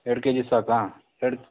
ಎರ್ಡು K G ಸಾಕೇ ಎರ್ಡು